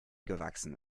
gewachsen